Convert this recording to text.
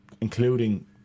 including